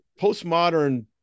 postmodern